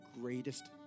greatest